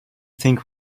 think